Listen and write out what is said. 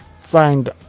signed